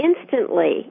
instantly